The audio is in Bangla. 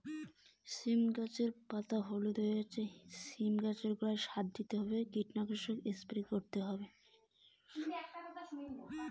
সীম গাছের পাতা হলুদ হয়ে যাচ্ছে কি করা যাবে?